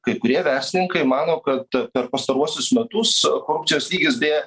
kai kurie verslininkai mano kad per pastaruosius metus korupcijos lygis beje